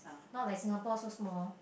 not like Singapore so small